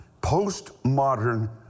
postmodern